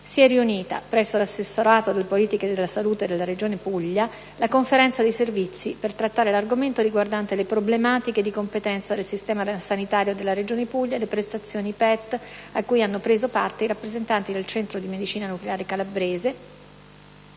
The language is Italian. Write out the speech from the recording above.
si è riunita, presso l'assessorato alle politiche della salute della Regione Puglia, la Conferenza dei servizi per trattare l'argomento riguardante le problematiche di competenza del Sistema sanitario della Regione Puglia e le prestazioni PET/TC a cui hanno preso parte i rappresentanti del Centro di medicina nucleare Calabrese,